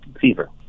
fever